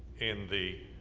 in the